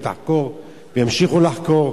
ותחקור וימשיכו לחקור.